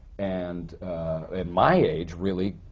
and my age, really,